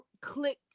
clicked